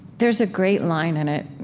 there's a great line in it.